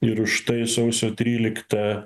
ir užtai sausio tryliktą